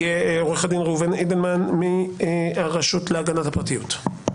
יהיה עו"ד ראובן אידלמן מהרשות להגנת הפרטיות.